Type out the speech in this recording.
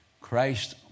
Christ